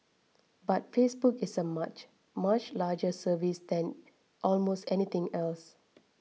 but Facebook is a much much larger service than almost anything else